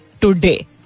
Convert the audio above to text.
today